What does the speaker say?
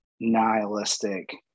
nihilistic